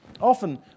Often